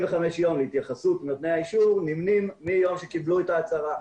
ימים להתייחסות נותני האישור נמנים מיום שקיבלו את ההצהרה.